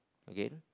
again